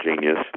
Genius